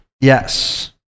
Yes